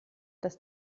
dass